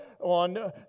on